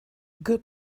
good